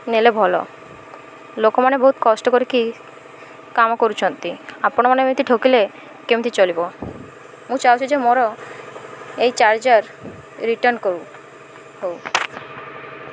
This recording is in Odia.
ନେଲେ ଭଲ ଲୋକମାନେ ବହୁତ କଷ୍ଟ କରିକି କାମ କରୁଛନ୍ତି ଆପଣମାନେ ଏମିତି ଠକିଲେ କେମିତି ଚଳିବ ମୁଁ ଚାହୁଁଛି ଯେ ମୋର ଏଇ ଚାର୍ଜର ରିଟର୍ଣ୍ଣ କରୁ ହଉ